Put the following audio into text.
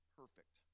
perfect